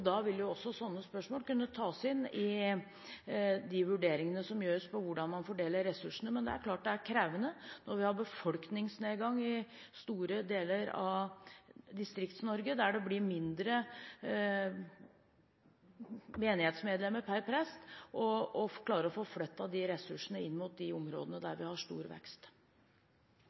Da vil også slike spørsmål kunne tas inn i de vurderingene som gjøres om hvordan de fordeler ressursene. Men det er klart at det er krevende når vi har befolkningsnedgang i store deler av Distrikts-Norge, der det blir færre menighetsmedlemmer per prest, å klare å få flyttet de ressursene inn mot de områdene der vi har stor vekst.